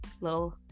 little